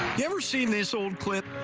ever seen this old clip?